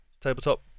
tabletop